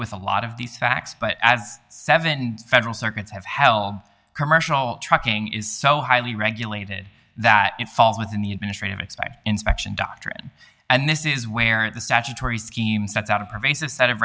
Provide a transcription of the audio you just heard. with a lot of these facts but as seven federal circuits have held commercial trucking is so highly regulated that it falls within the administrative it's inspection doctrine and this is where of the statutory scheme sets out a pervasive set of